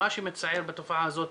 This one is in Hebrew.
מה שמצער בתופעה הזאת